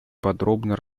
подробно